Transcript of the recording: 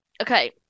Okay